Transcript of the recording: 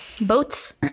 Boats